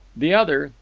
the other,